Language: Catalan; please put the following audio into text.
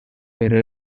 però